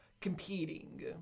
competing